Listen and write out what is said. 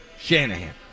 Shanahan